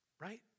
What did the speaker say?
right